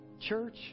church